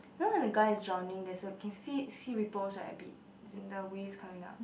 you know when the guy is drowning there's a can see see ripples right a bit as in the waves coming up